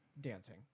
dancing